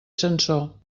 sansor